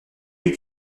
eut